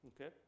okay